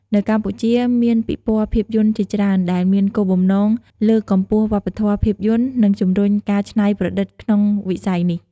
នៅកម្ពុជា មានពិព័រណ៍ភាពយន្តជាច្រើនដែលមានគោលបំណងលើកកម្ពស់វប្បធម៌ភាពយន្ត និងជំរុញការច្នៃប្រឌិតក្នុងវិស័យនេះ។